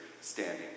standing